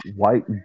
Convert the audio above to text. white